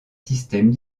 systèmes